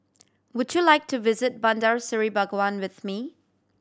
would you like to visit Bandar Seri Begawan with me